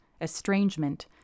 estrangement